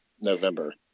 november